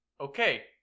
Okay